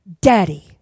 Daddy